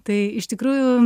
tai iš tikrųjų